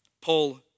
Paul